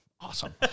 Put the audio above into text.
Awesome